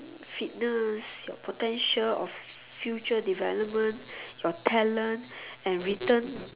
fitness your potential of future development your talent and written